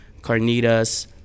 carnitas